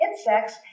insects